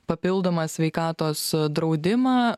papildomą sveikatos draudimą